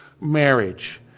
marriage